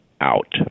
out